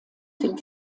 dem